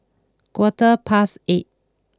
quarter past eight